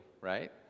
right